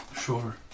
Sure